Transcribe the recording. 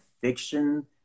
fiction